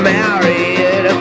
married